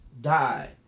die